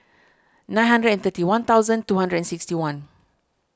nine hundred and thirty one thousand two hundred and sixty one